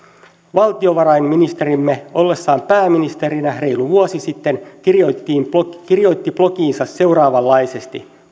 valtiovarainministerimme ollessaan pääministerinä reilu vuosi sitten kirjoitti blogiinsa seuraavanlaisesti